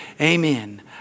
Amen